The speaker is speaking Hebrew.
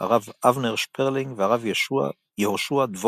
הרב אבנר שפרלינג והרב יהושע דבורץ.